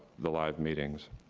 the live meetings.